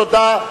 תודה.